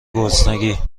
گرسنگی